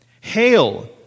Hail